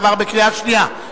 עברה בקריאה שנייה.